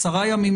עשרה ימים,